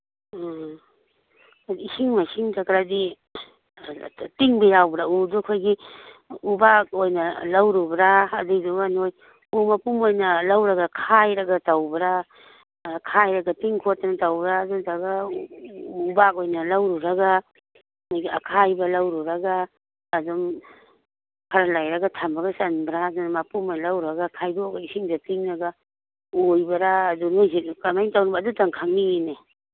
ꯎꯝ ꯏꯁꯤꯡ ꯃꯥꯏꯁꯤꯡꯗꯀꯗꯤ ꯇꯤꯡꯕ ꯌꯥꯎꯕ꯭ꯔꯥ ꯎꯗꯨ ꯑꯩꯈꯣꯏꯒꯤ ꯎꯕꯥꯛ ꯑꯣꯏꯅ ꯂꯧꯔꯨꯕ꯭ꯔꯥ ꯑꯗꯨꯏꯗꯨꯒ ꯅꯣꯏ ꯎ ꯃꯄꯨꯝ ꯑꯣꯏꯅ ꯂꯧꯔꯒ ꯈꯥꯏꯔꯒ ꯇꯧꯕ꯭ꯔꯥ ꯈꯥꯏꯔꯒ ꯇꯤꯡ ꯈꯣꯠꯇꯅ ꯇꯧꯕ꯭ꯔꯥ ꯑꯗꯨ ꯅꯠꯇ꯭ꯔꯒꯅ ꯎꯕꯥꯛ ꯑꯣꯏꯅ ꯂꯧꯔꯨꯔꯒ ꯑꯈꯥꯏꯕ ꯂꯧꯔꯨꯔꯒ ꯑꯗꯨꯝ ꯈꯔ ꯂꯩꯔꯒ ꯊꯝꯃꯒ ꯆꯟꯕ꯭ꯔꯥ ꯑꯗꯨꯝ ꯃꯄꯨꯝ ꯑꯣꯏꯅ ꯂꯧꯔꯨꯔꯒ ꯈꯥꯏꯗꯣꯛꯑꯒ ꯏꯁꯤꯡꯗ ꯇꯤꯡꯉꯒ ꯎ ꯑꯣꯏꯕ꯭ꯔꯥ ꯑꯗꯨ ꯅꯣꯏꯁꯤꯁꯨ ꯀꯃꯥꯏꯅ ꯇꯧꯔꯤꯝꯅꯣ ꯑꯗꯨꯝꯇꯪ ꯈꯪꯅꯤꯡꯉꯤꯅꯦ